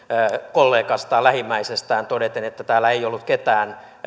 kollegastaan lähimmäisestään todeten että täällä ei ollut ketään